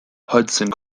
hudson